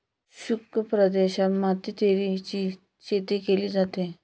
शुष्क प्रदेशात मातीरीची शेतीही केली जाते